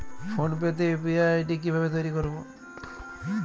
Phone pay তে UPI ID কি ভাবে তৈরি করবো?